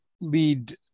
lead